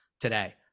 today